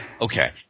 Okay